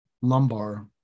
lumbar